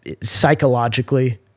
psychologically